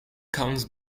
comes